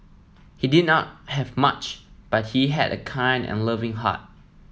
he did not have much but he had a kind and loving heart